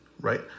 right